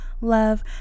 love